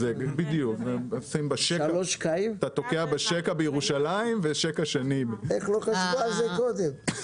אתה תוקע שקע בירושלים ושקע שני --- איך לא חשבו על זה קודם?